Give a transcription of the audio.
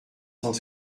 cent